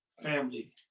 family